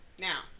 Now